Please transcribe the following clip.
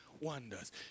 wonders